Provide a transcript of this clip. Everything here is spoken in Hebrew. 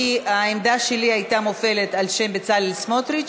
כי העמדה שלי הייתה מופעלת על שם בצלאל סמוטריץ,